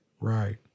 right